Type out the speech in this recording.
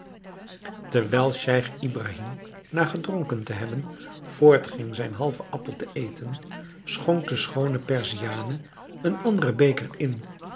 terwijl nu scheich ibrahim na gedronken te hebben voortging zijn halven appel te eten schonk de schoone perziane een anderen beker in